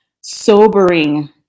sobering